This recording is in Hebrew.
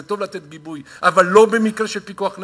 זה טוב לתת גיבוי, אבל לא במקרה של פיקוח נפש.